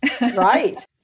Right